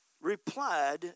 replied